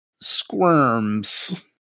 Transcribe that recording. squirms